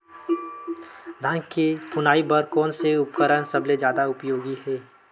धान के फुनाई बर कोन से उपकरण सबले जादा उपयोगी हे?